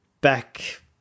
back